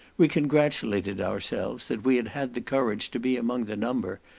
we congratulated ourselves that we had had the courage to be among the number,